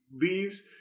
leaves